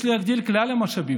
יש להגדיל את כלל המשאבים.